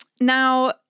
Now